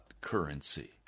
currency